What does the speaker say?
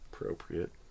appropriate